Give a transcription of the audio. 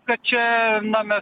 kad čia na mes